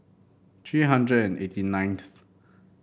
three hundred and eighty ninth